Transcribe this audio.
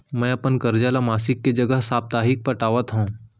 मै अपन कर्जा ला मासिक के जगह साप्ताहिक पटावत हव